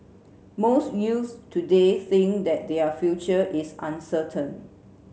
most youths today think that their future is uncertain